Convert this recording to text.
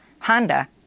Honda